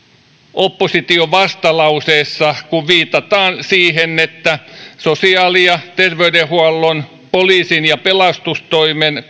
opposition vastalauseessa kun viitataan siihen että sosiaali ja terveydenhuollon poliisin ja pelastustoimen